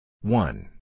One